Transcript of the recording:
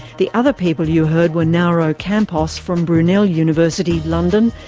the other people you heard were nauro campos from brunel university london,